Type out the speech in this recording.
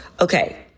Okay